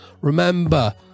remember